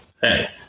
hey